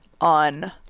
on